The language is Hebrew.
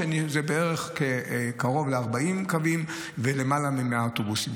שזה קרוב ל-40 קווים ולמעלה מ-100 אוטובוסים.